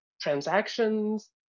transactions